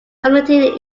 community